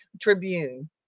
Tribune